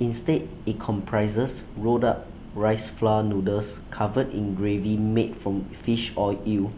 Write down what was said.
instead IT comprises rolled up rice flour noodles covered in gravy made from fish or eel